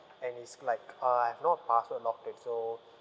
and it's like uh I've not password locked it so